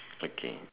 okay